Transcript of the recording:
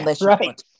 Right